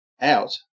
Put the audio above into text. out